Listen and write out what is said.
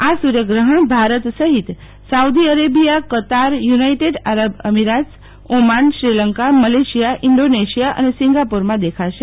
આ સૂર્યગ્રહણ ભારત સહીત સાઉદી અરેબિયા કટાર યુનાઇટેડ આરબ અમીરાત ઓમાન શ્રીલંકા મલેશિયા ઇન્ડીનેશિયા અને સિંગાપોરમાં દેખાશે